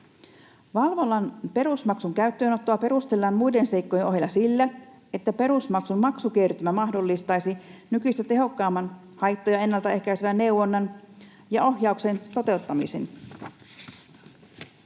Valvonnan perusmaksun käyttöönottoa perustellaan muiden seikkojen ohella sillä, että perusmaksun maksukertymä mahdollistaisi nykyistä tehokkaamman haittoja ennaltaehkäisevän neuvonnan ja ohjauksen toteuttamisen.